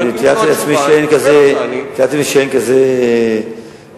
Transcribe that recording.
תיארתי לעצמי שאין כזה חשש.